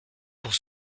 pour